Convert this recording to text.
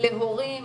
להורים